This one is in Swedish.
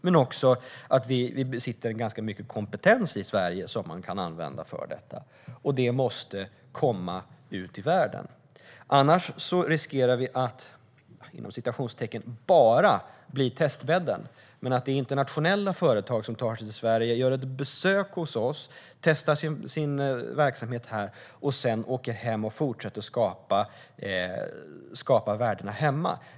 Men Sverige besitter också ganska mycket kompetens som man kan använda för detta. Det måste komma ut i världen. Vi riskerar annars att bli "bara" testbädden. Då besöker internationella företag Sverige. De testar sin verksamhet här och åker sedan hem och fortsätter att skapa värdena hemma.